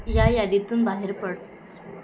या यादीतून बाहेर पड